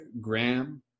Graham